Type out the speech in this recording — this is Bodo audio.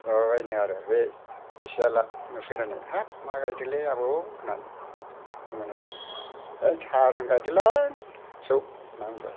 माबाबायनो आरो बे सियाला नुफैनानै हाब मा गायदोंलै आबौ होननानै होमब्लानिया ओइ थारुन गायदोंलां फिसौ होनना बुंबाय